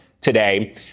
today